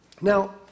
Now